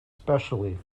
specially